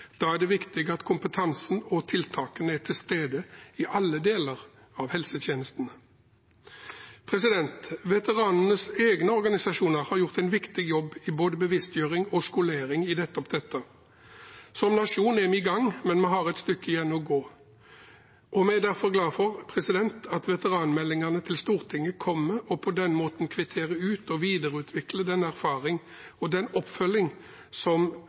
Da er det viktig at kompetansen og tiltakene er til stede i alle deler av helsetjenesten. Veteranenes egne organisasjoner har gjort en viktig jobb i både bevisstgjøring og skolering i nettopp dette. Som nasjon er vi i gang, men vi har et stykke igjen å gå. Vi er derfor glad for at veteranmeldingene til Stortinget kommer og på den måten kvitterer ut og videreutvikler den erfaring og den oppfølging som